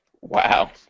Wow